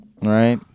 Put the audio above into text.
Right